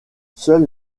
seule